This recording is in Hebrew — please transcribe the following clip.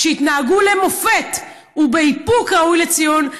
שהתנהגו למופת ובאיפוק ראוי לציון,